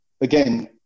again